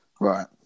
Right